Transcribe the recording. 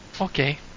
Okay